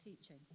teaching